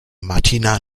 martina